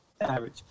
average